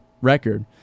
record